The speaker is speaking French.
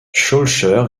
schœlcher